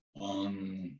On